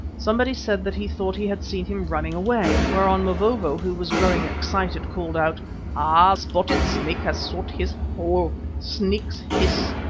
somebody said that he thought he had seen him running away, whereon mavovo, who was growing excited, called out ah! spotted snake has sought his hole. snakes hiss,